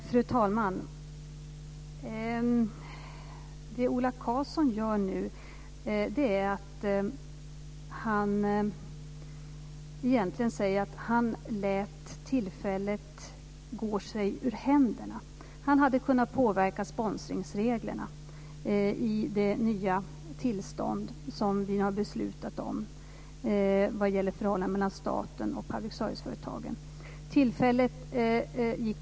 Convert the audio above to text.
Fru talman! Det Ola Karlsson nu gör är att han egentligen säger att han lät tillfället gå sig ur händerna. Han hade kunnat påverka sponsringsreglerna i det nya tillstånd som vi nu har beslutat om vad gäller förhållandet mellan staten och public serviceföretagen.